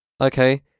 okay